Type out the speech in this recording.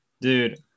Dude